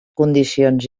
condicions